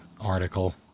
article